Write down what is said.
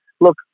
look